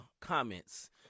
comments